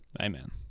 Amen